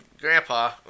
grandpa